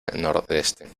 nordeste